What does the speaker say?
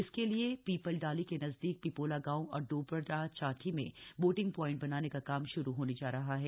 इसके लिए पीपलडाली के नजदीक पिपोला गांव और डोबरा चांठी में बोटिंग प्वाइंट बनाने का काम शुरू होने जा रहा है